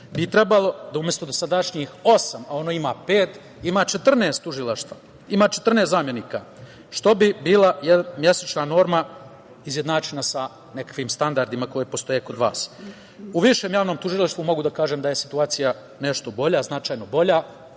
bi trebalo, da umesto dosadašnjih osam, a ono ima pet, ima 14 zamenika, što bi bila mesečna norma izjednačena sa nekakvim standardima koji postoje kod vas.U Višem javnom tužilaštvu mogu da kažem da je situacija nešto bolja, značajno bolja